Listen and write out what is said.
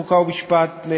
חוק ומשפט,